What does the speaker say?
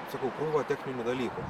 sakau krūva techninių dalykų